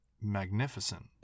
magnificent